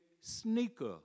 Sneaker